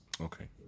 Okay